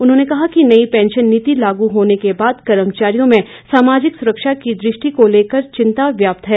उन्होंने कहा कि नई पैंशन नीति लागू होने के बाद कर्मचारियों में सामाजिक सुरक्षा की दृष्टि को लेकर चिंता व्याप्त है